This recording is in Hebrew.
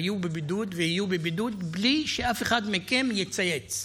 היו בבידוד ויהיו בבידוד בלי שאף אחד מכם יצייץ,